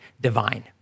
divine